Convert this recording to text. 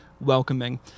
welcoming